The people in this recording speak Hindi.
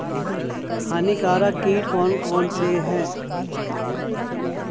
हानिकारक कीट कौन कौन से हैं?